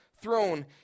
throne